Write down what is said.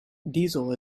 diesel